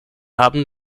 haben